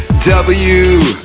w,